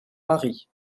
mari